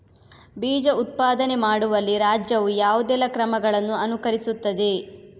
ಬೀಜ ಉತ್ಪಾದನೆ ಮಾಡುವಲ್ಲಿ ರಾಜ್ಯವು ಯಾವುದೆಲ್ಲ ಕ್ರಮಗಳನ್ನು ಅನುಕರಿಸುತ್ತದೆ?